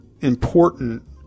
important